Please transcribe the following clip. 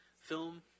film